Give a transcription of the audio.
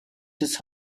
des